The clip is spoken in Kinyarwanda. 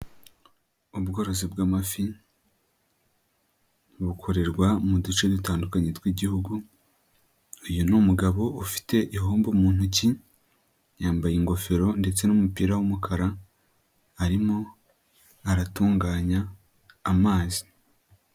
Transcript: Ubworozi bw'amafi, bukorerwa mu duce dutandukanye tw'igihugu. Uyu ni umugabo ufite igihombo mu ntoki, yambaye ingofero ndetse n'umupira w'umukara, arimo aratunganya amazi.